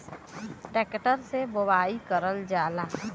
tractor से बोवाई करल जाला